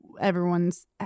everyone's